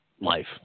life